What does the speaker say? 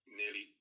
nearly